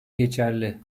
geçerli